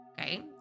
Okay